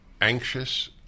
anxious